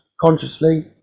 consciously